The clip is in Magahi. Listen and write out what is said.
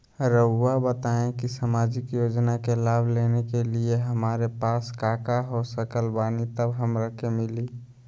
रहुआ बताएं कि सामाजिक योजना के लाभ लेने के लिए हमारे पास काका हो सकल बानी तब हमरा के मिली?